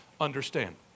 understand